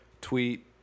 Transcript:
tweet